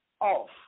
off